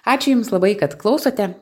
ačiū jums labai kad klausote